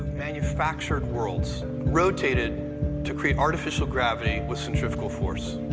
manufactured worlds rotated to create artificial gravity with centrifugal force.